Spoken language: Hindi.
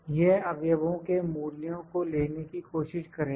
यह अवयवों से मूल्यों को लेने की कोशिश करेगा